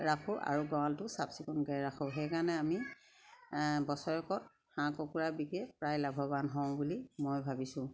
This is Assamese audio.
ৰাখোঁ আৰু গঁৱালটো চাফ চিকুণকে ৰাখোঁ সেইকাৰণে আমি বছৰেকত হাঁহ কুকুৰা বিকি প্ৰায় লাভৱান হওঁ বুলি মই ভাবিছোঁ